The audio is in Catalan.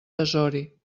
desori